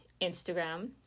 Instagram